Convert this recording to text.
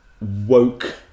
woke